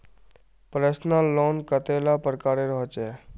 Personal loan कतेला प्रकारेर होचे?